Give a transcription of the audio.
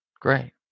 great